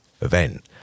event